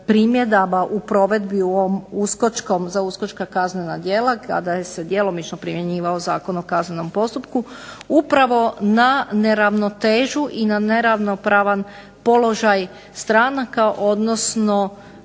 u ovom uskočkom, za uskočka kaznena djela kada se djelomično primjenjivao Zakon o kaznenom postupku upravo na neravnotežu i na neravnopravan položaj stranaka odnosno